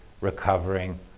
recovering